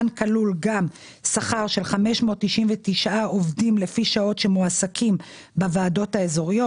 כאן כלול גם שכר של 599 עובדים לפי שעות שמועסקים בוועדות האזוריות,